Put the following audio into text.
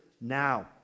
now